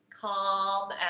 calm